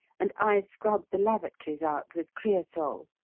and i scrubbed the lavatories out with creosol.